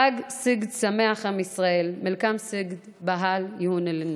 חג סיגד שמח, עם ישראל, מלקם סיגד בהל יהונלנה.